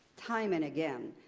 time and again,